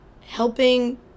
helping